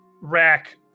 rack